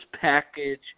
package